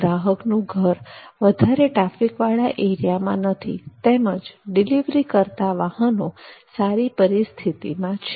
ગ્રાહકનુ ઘર વધારે ટ્રાફિકવાળા એરિયામાં નથી તેમ જ ડિલિવરી કરતા વાહનો પણ સારી સ્થિતિમાં છે